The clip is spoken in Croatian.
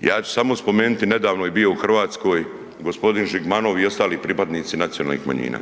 Ja ću samo spomenuti, nedavno je bio u Hrvatskoj g. Žigmanov i ostali pripadnici nacionalnih manjina.